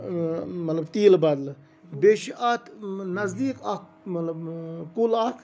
مطلب تیٖلہٕ بَدلہٕ بیٚیہِ چھُ اَتھ نزدیٖک اَکھ مطلب کُل اَکھ